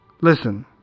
Listen